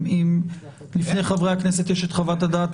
האם בפני חברי הכנסת יש את חוות הדעת